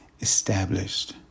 established